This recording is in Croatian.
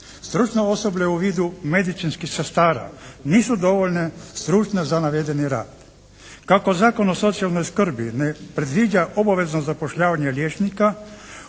Stručno osoblje u vidu medicinskih sestara nisu dovoljno stručne za navedeni rad. Kako Zakon o socijalnoj skrbi ne predviđa obavezno zapošljavanje liječnika